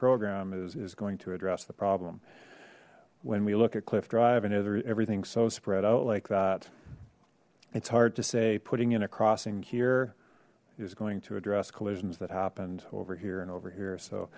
program is going to address the problem when we look at cliff drive and everything so spread out like that it's hard to say putting in a crossing here is going to address collisions that happened over here and over here so